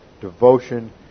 devotion